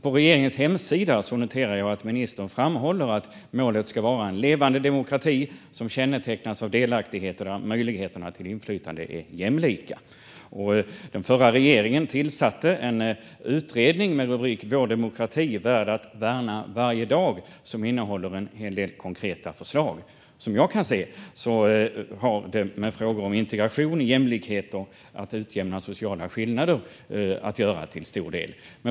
På regeringens hemsida noterar jag att ministern framhåller att målet ska vara en levande demokrati som kännetecknas av delaktighet och av att möjligheterna till inflytande är jämlika. Den förra regeringen tillsatte en utredning som lade fram betänkandet Vår demokrati - värd att värna varje dag , vilket innehåller en hel del konkreta förslag. Vad jag kan se har de till stor del med frågor om integration, jämlikhet och att utjämna sociala skillnader att göra.